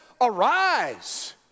Arise